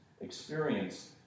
experience